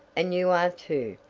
and you are too,